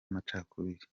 amacakubiri